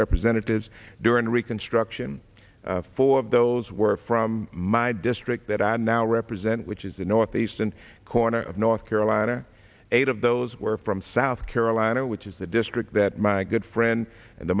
representatives during reconstruction four of those were from my district that i now represent which is the northeastern corner of north carolina eight of those were from south carolina which is the district that my good friend and the